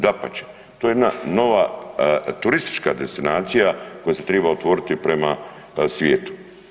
Dapače, to je jedna nova turistička destinacija koja se triba otvoriti prema svijetu.